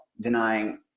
denying